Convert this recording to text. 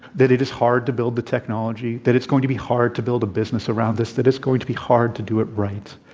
that it is hard to build the technology, that it's going to be hard to build a business around this, that it's going to be hard to do it right.